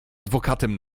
adwokatem